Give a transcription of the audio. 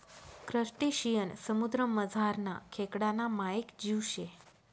crustacean समुद्रमझारना खेकडाना मायेक जीव शे